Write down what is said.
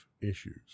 issues